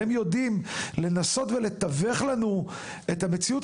והם יודעים לנסות ולתווך לנו את המציאות